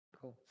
Cool